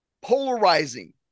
polarizing